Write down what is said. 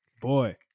Boy